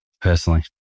personally